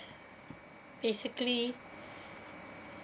basically